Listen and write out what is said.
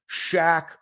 Shaq